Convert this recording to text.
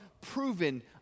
Proven